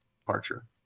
departure